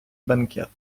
бенкет